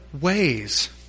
ways